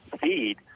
feed